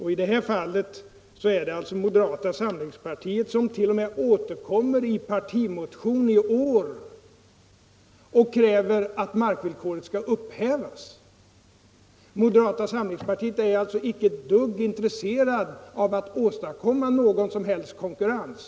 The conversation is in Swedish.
I det här fallet är det således moderata samlingspartiet som t.o.m. återkommer i partimotion i år och kräver att markvillkoret skall upphävas. Moderata samlingspartiet är följaktligen icke ett dugg intresserat av att åstadkomma någon som helst konkurrens.